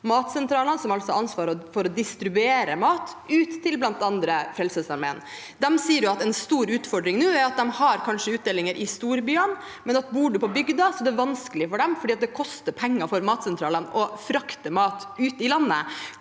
matsentralene, som har ansvaret for å distribuere mat ut til bl.a. Frelsesarmeen. De sier at en stor utfordring nå er at de kanskje har utdeling i storbyene, men bor man på bygden, er det vanskelig for dem, for det koster penger for matsentralene å frakte mat ut i landet.